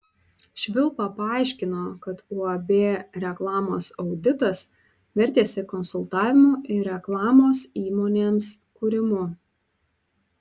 švilpa paaiškino kad uab reklamos auditas vertėsi konsultavimu ir reklamos įmonėms kūrimu